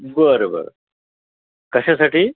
बरं बरं कशासाठी